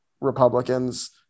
Republicans